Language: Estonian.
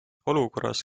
olukorras